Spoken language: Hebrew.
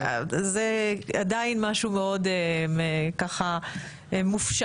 זה עדיין מאוד מופשט.